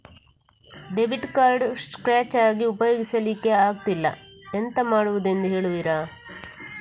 Debit card scratch ಆಗಿ ಉಪಯೋಗಿಸಲ್ಲಿಕ್ಕೆ ಆಗ್ತಿಲ್ಲ, ಎಂತ ಮಾಡುದೆಂದು ಹೇಳುವಿರಾ?